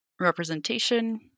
representation